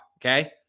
okay